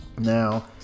Now